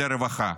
לרווחה.